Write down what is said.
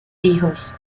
hijos